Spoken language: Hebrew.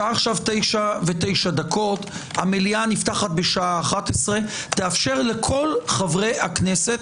השעה עכשיו 9:09 המליאה נפתחת בשעה 11:00. תאפשר לכל חברי הכנסת